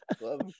love